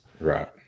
Right